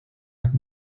jak